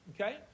Okay